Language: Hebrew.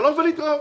שלום ולהתראות.